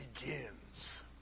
begins